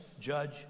Judge